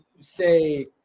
say